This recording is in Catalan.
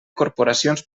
corporacions